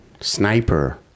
Sniper